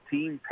Team